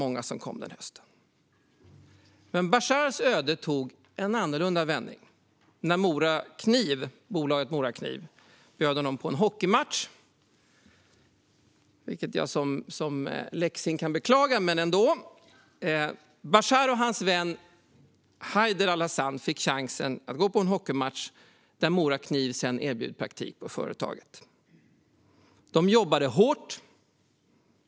Men Bashars öde tog en annorlunda vändning. Bolaget Morakniv bjöd honom på en hockeymatch - vilket jag som leksing kan beklaga, men ändå. Bashar och hans vän Hayder Alhasan fick chansen att gå på en hockeymatch, och sedan erbjöd Morakniv praktik på företaget. De jobbade hårt.